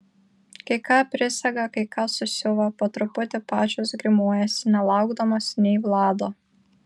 kai ką prisega kai ką susiuva po truputį pačios grimuojasi nelaukdamos nei vlado